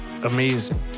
Amazing